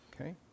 Okay